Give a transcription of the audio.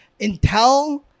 Intel